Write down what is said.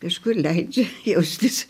kažkur leidžia jaustis